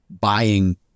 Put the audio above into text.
buying